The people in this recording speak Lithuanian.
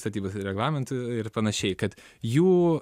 statybos reglamentų ir panašiai kad jų